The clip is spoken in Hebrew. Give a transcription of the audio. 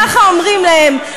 ככה אומרים להם,